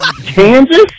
Kansas